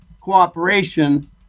cooperation